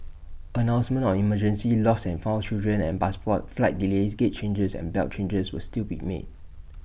announcements on emergencies lost and found children and passports flight delays gate changes and belt changes will still be made